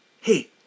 hey